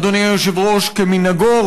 אדוני היושב-ראש: כמנהגו,